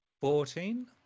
Fourteen